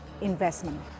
investment